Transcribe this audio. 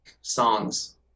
songs